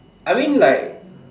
I mean like